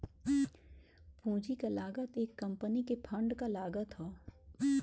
पूंजी क लागत एक कंपनी के फंड क लागत हौ